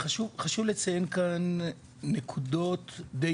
חשוב לציין כאן נקודות די